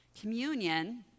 communion